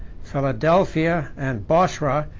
philadelphia, and bosra,